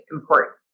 important